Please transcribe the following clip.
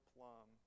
Plum